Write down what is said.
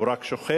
הוא רק שוכח,